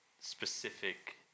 specific